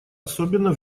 особенно